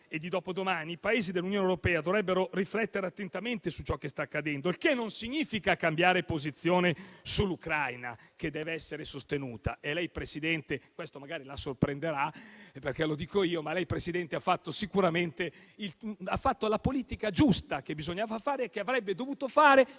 e dopodomani, i Paesi dell'Unione europea dovrebbero riflettere attentamente su ciò che sta accadendo, il che non significa cambiare posizione sull'Ucraina, che deve essere sostenuta. Lei, signora Presidente del Consiglio - questo magari la sorprenderà, perché lo dico io - sicuramente ha fatto la politica giusta, quella che bisognava fare e che avrebbe dovuto fare